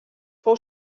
fou